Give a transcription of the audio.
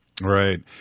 Right